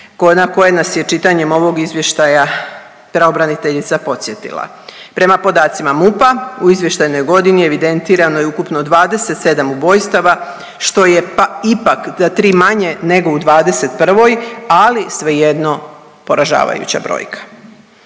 na koje nas je čitanjem ovog izvještaja pravobraniteljica podsjetila. Prema podacima MUP-a u izvještajnoj godini evidentirano je ukupno 27 ubojstava što je ipak za tri manje nego u '21., ali svejedno poražavajuća brojka.